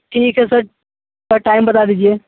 ठीक है sir sir time बता दीजिए